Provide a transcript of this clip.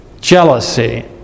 jealousy